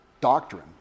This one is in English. doctrine